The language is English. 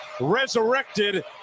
resurrected